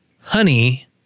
Honey